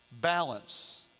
Balance